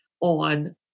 on